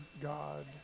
God